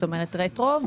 כלומר רטרואקטיבית.